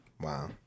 Wow